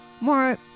More